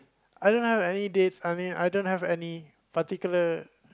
I don't have any dates I mean I don't have any particular